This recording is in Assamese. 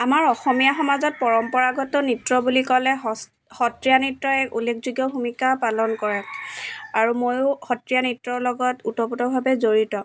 আমাৰ অসমীয়া সমাজত পৰম্পৰাগত নৃত্য বুলি ক'লে সছ সত্ৰীয়া নৃত্যই এক উল্লেখযোগ্য ভূমিকা পালন কৰে আৰু ময়ো সত্ৰীয়া নৃত্যৰ লগত ওতপ্ৰোতভাৱে জড়িত